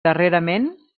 darrerament